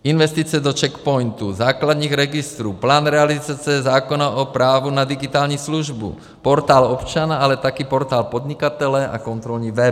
Investice do Czech POINTu, základních registrů, plán realizace zákona o právu na digitální službu, Portál občana, ale taky Portál podnikatele a kontrolní web.